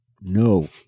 No